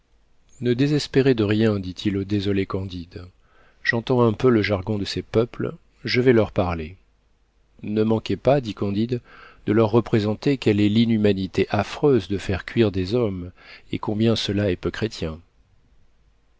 ne désespérez de rien dit-il au désolé candide j'entends un peu le jargon de ces peuples je vais leur parler ne manquez pas dit candide de leur représenter quelle est l'inhumanité affreuse de faire cuire des hommes et combien cela est peu chrétien